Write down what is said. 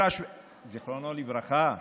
זכרו לברכה.